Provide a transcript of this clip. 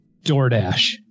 DoorDash